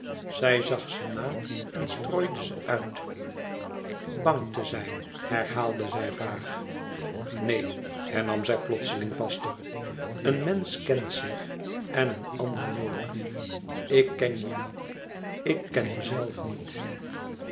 zij zag ze na en strooide ze uit bang te zijn herhaalde zij vaag neen hernam zij plotseling vaster een mensch kent zich en een ander nooit ik ken je niet ik ken mijzelf niet